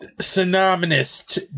synonymous